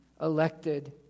elected